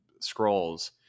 scrolls